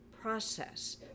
process